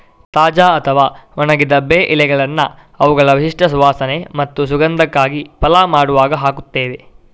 ತಾಜಾ ಅಥವಾ ಒಣಗಿದ ಬೇ ಎಲೆಗಳನ್ನ ಅವುಗಳ ವಿಶಿಷ್ಟ ಸುವಾಸನೆ ಮತ್ತು ಸುಗಂಧಕ್ಕಾಗಿ ಪಲಾವ್ ಮಾಡುವಾಗ ಹಾಕ್ತೇವೆ